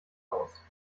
aus